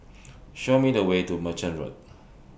Show Me The Way to Merchant Road